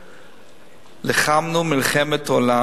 נלחמנו מלחמת עולם.